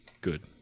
Good